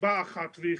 מסיבה אחת ויחידה: